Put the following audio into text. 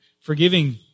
forgiving